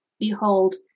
Behold